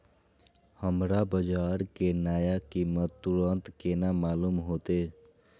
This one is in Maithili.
हमरा बाजार के नया कीमत तुरंत केना मालूम होते?